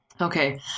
Okay